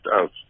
out